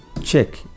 check